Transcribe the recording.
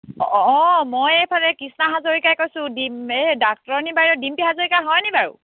অঁ অঁ মই এইফালে কৃষ্ণা হাজৰিকাই কৈছোঁ দিম এই ডাক্টৰনী বাইদেউ ডিম্পী হাজৰিকা হয়নি বাৰু